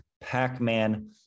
Pac-Man